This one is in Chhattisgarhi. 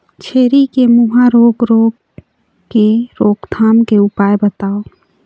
छेरी के मुहा रोग रोग के रोकथाम के उपाय बताव?